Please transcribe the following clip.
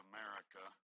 America